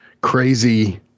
crazy